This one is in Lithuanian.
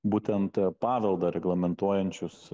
būtent paveldą reglamentuojančius